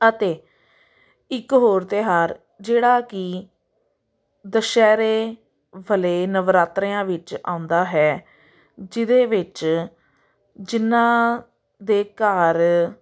ਅਤੇ ਇੱਕ ਹੋਰ ਤਿਉਹਾਰ ਜਿਹੜਾ ਕਿ ਦੁਸਹਿਰੇ ਵੇਲੇ ਨਵਰਾਤਰਿਆਂ ਵਿੱਚ ਆਉਂਦਾ ਹੈ ਜਿਹਦੇ ਵਿੱਚ ਜਿਹਨਾਂ ਦੇ ਘਰ